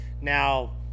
Now